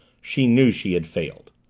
she knew she had failed.